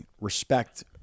respect